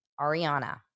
Ariana